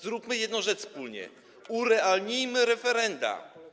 Zróbmy jedną rzecz wspólnie: urealnijmy referenda.